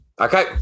Okay